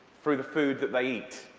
through the food that they eat.